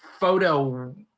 Photo